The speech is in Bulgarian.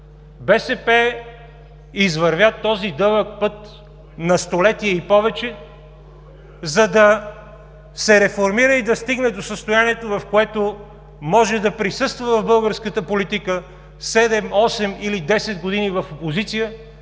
БСП извървя този дълъг път на столетие и повече, за да се реформира и да стигне до състоянието, в което може да присъства в българската политика седем, осем или десет години в опозиция